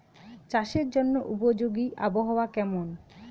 চাষের জন্য উপযোগী আবহাওয়া কেমন?